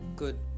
Good